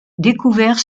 découvert